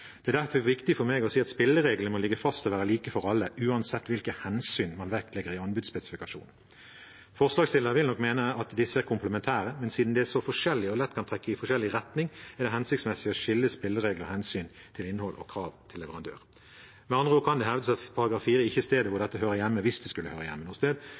Det er derfor viktig for meg å si at spillereglene må ligge fast og være like for alle uansett hvilke hensyn man vektlegger i anbudsspesifikasjonen. Forslagsstillerne vil nok mene at disse er komplementære, men siden de er så forskjellige og lett kan trekke i forskjellig retning, er det hensiktsmessig å skille spilleregler og hensyn fra innhold og krav til leverandør. Med andre ord kan det hende at § 4 ikke er stedet dette hører hjemme, hvis det skulle høre hjemme noe sted,